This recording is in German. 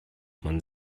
man